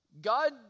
God